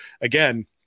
again